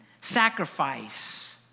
sacrifice